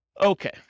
Okay